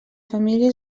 família